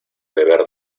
beber